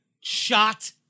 shot